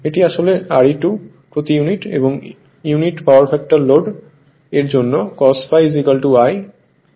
এটি আসলে Re₂ প্রতি ইউনিট এবং ইউনিটি পাওয়ার ফ্যাক্টর লোড এর জন্য cos ∅ 1